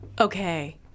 Okay